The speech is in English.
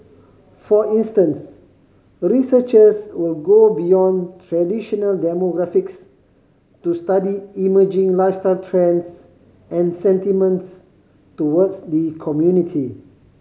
for instance researchers will go beyond traditional demographics to study emerging lifestyle trends and sentiments towards the community